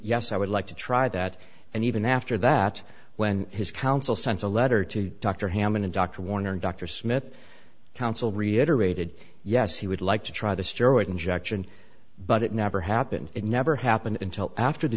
yes i would like to try that and even after that when his counsel sent a letter to dr hamlin to dr warner dr smith counsel reiterated yes he would like to try the steroids injection but it never happened it never happened until after the